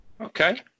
Okay